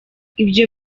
ibyo